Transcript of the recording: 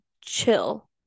chill